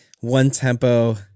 one-tempo